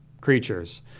creatures